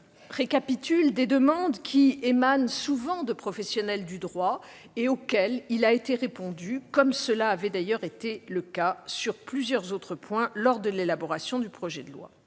récapitulent des demandes souvent formulées par des professionnels du droit auxquelles il a été répondu, comme cela avait d'ailleurs été le cas sur plusieurs autres points lors de l'élaboration du projet de loi.